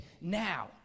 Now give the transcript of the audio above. now